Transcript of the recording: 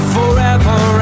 forever